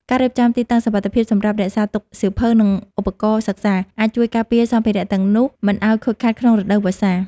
ការរៀបចំទីតាំងសុវត្ថិភាពសម្រាប់រក្សាទុកសៀវភៅ និង ឧបករណ៍សិក្សា អាចជួយការពារសម្ភារទាំងនោះមិនឱ្យខូចខាតក្នុងរដូវវស្សា។